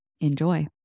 Enjoy